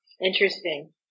Interesting